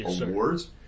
awards